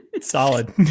Solid